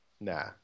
nah